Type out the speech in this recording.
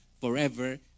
forever